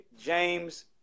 James